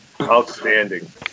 outstanding